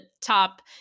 top